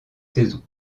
saisons